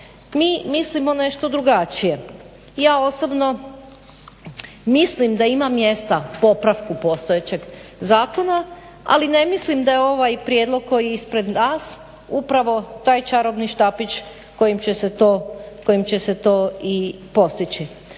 Mi mislimo nešto drugačije. Ja osobno mislim da ima mjesta popravku postojećeg zakona ali ne mislim da je ovaj prijedlog koji je ispred nas upravo taj čarobni štapić kojim će se to i postići.